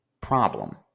problem